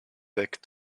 back